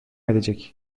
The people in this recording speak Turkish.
edecek